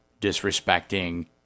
disrespecting